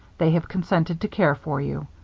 they have consented to care for you.